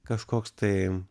kažkoks tai